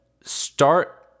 start